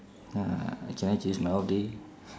ah can I choose my off day